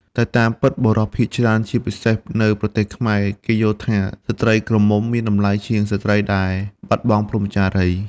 តែតាមពិត បុរសភាគច្រើន ជាពិសេស នៅប្រទេសខ្មែរ គេយល់ថា ស្ត្រីក្រមុំមានតម្លៃជាងស្ត្រីដែលបាត់បង់ព្រហ្មចារីយ៍។